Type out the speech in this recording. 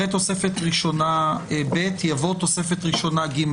אחרי תוספת ראשונה ב' יבוא תוספת ראשונה ג'.